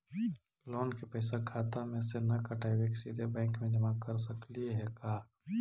Loan के पैसा खाता मे से न कटवा के सिधे बैंक में जमा कर सकली हे का?